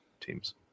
teams